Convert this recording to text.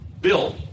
Bill